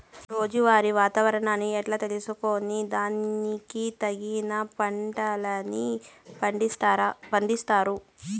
రోజూ వాతావరణాన్ని ఎట్లా తెలుసుకొని దానికి తగిన పంటలని పండిస్తారు?